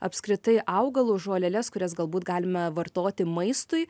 apskritai augalus žoleles kurias galbūt galime vartoti maistui